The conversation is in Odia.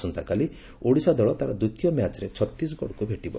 ଆସନ୍ତାକାଲି ଓଡ଼ିଶା ଦଳ ତା'ର ଦ୍ୱିତୀୟ ମ୍ୟାଚ୍ରେ ଛତିଶଗଡକୁ ଭେଟିବ